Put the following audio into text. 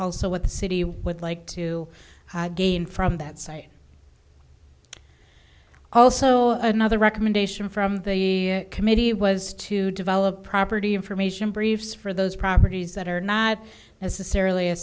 also what the city would like to gain from that site also another recommendation from the committee was to develop property information briefs for those properties that are not necessarily a